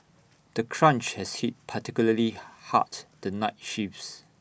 the crunch has hit particularly hard the night shifts